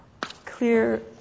clear